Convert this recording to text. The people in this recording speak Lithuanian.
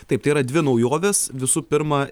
taip tai yra dvi naujovės visų pirma